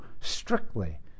strictly